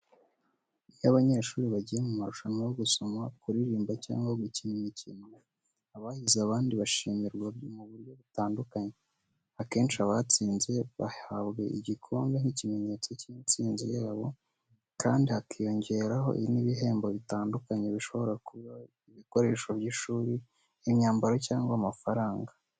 Iyo abanyeshuri bagiye mu marushanwa yo gusoma, kuririmba cyangwa ayo gukina imikino, abahize abandi bashimirwa mu buryo butandukanye. Akenshi, abatsinze bahabwa igikombe nk'ikimenyetso cy'intsinzi yabo, kandi hakiyongeraho n'ibihembo bitandukanye bishobora kuba ibikoresho by'ishuri, imyambaro cyangwa amafaranga.